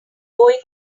going